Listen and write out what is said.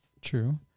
True